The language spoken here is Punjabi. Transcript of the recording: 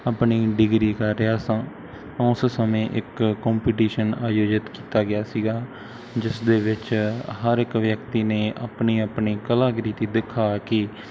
ਆਪਣੀ ਡਿਗਰੀ ਕਰ ਰਿਹਾ ਸਾਂ ਉਸ ਸਮੇਂ ਇੱਕ ਕੌਂਪੀਟੀਸ਼ਨ ਆਯੋਜਿਤ ਕੀਤਾ ਗਿਆ ਸੀਗਾ ਜਿਸ ਦੇ ਵਿੱਚ ਹਰ ਇੱਕ ਵਿਅਕਤੀ ਨੇ ਆਪਣੀ ਆਪਣੀ ਕਲਾਕ੍ਰਿਤੀ ਦਿਖਾ ਕੇ